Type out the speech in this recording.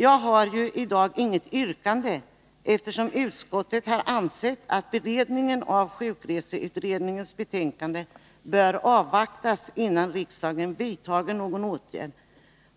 Jag har i dag inget yrkande, eftersom utskottet har ansett att beredningen av sjukreseutredningens betänkande bör avvaktas, innan riksdagen vidtar någon åtgärd.